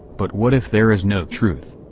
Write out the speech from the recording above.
but what if there is no truth?